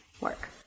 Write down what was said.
work